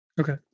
okay